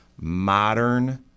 modern